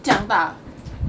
这样吧